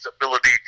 ability